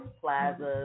plazas